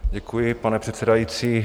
Děkuji, pane předsedající.